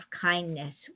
kindness